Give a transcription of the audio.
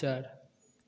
चार